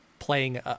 playing